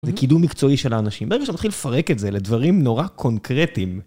זה קידום מקצועי של האנשים, ברגע שאתה מתחיל לפרק את זה לדברים נורא קונקרטיים.